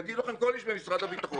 יגיד לכם כל איש במשרד הביטחון,